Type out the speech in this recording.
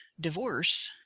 divorce